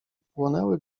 płonęły